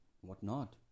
whatnot